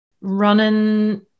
running